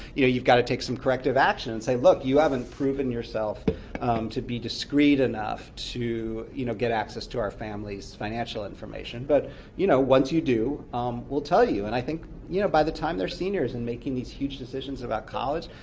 you know you've got to take some corrective action and say, look, you haven't proven yourself to be discreet enough to you know get access to our family's financial information, but you know once you do we'll tell you. and i think you know by the time they're seniors and making these huge decisions about college,